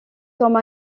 comme